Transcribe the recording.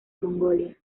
mongolia